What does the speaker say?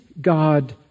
God